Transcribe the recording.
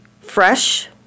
fresh